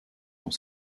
dans